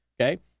Okay